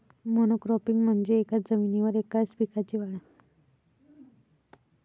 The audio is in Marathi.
मोनोक्रॉपिंग म्हणजे एकाच जमिनीवर एकाच पिकाची वाढ